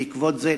בעקבות זה,